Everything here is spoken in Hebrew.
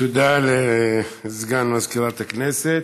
תודה לסגן מזכירת הכנסת.